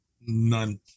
None